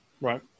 Right